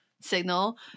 signal